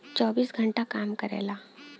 चौबीस घंटा काम करेला